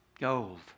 Gold